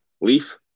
Leaf